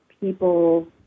people